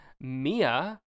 Mia